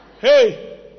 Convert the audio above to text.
hey